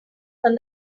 from